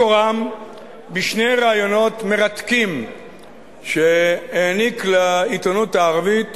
מקורם בשני ראיונות מרתקים שהעניק לעיתונות הערבית